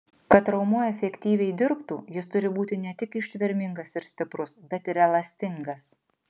kad raumuo efektyviai dirbtų jis turi būti ne tik ištvermingas ir stiprus bet ir elastingas